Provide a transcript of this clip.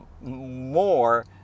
more